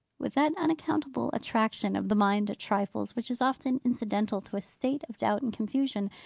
with that unaccountable attraction of the mind to trifles, which is often incidental to a state of doubt and confusion,